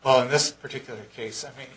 haul in this particular case i mean